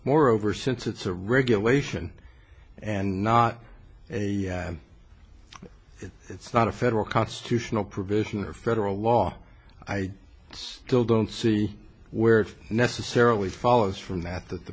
moreover since it's a regulation and not a that it's not a federal constitutional provision or federal law i still don't see where it necessarily follows from that that the